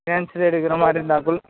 ஃபினான்ஸில் எடுக்கிற மாதிரி இருந்தாக்குல்